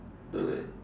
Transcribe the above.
no leh